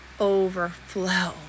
overflow